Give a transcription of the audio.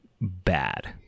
bad